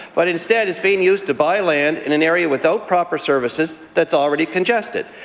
but instead, it's being used to buy land in an area without proper services that's already congested.